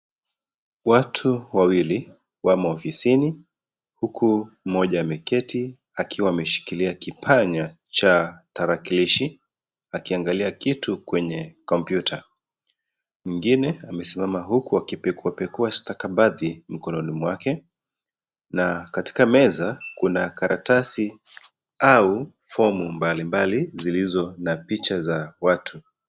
Watu wawili wamo ofisini huku mmoja ameketi akiwa ameshikilia kipanya cha tarakilishi akiangalia kitu kwenye kompyuta. Mwingine amesimama huku akipeguapegua stakabadhi mkononi mwake na katika meza kuna karatasi au fomu mbalimbali zilizo na picha za watu.